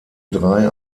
drei